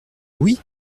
oui